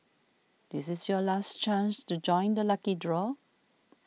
this is your last chance to join the lucky draw